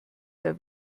der